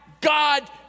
God